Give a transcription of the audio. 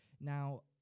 Now